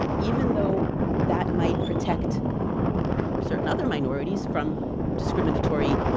even though that might protect certain other minorities from discriminatory,